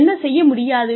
என்ன செய்ய முடியாது